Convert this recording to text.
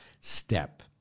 step